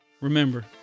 Remember